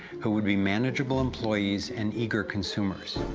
who would be manageable employees and eager consumers.